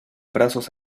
brazos